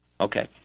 Okay